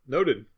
Noted